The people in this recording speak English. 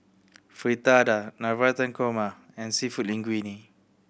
Fritada Navratan Korma and Seafood Linguine